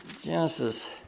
Genesis